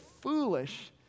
foolish